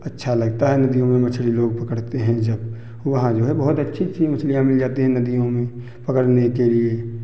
अच्छा लगता है नदियों में मछली लोग पकड़ते हैं जब वहाँ जो है बहुत अच्छी अच्छी मछलियाँ मिल जाती हैं नदियों में पकड़ने के लिए